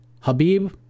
Habib